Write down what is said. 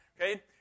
okay